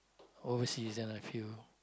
overseas than I feel